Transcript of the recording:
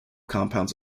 compounds